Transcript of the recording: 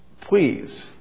Please